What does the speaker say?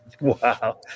Wow